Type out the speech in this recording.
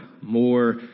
more